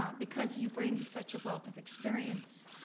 um because you bring such a wealth of experience,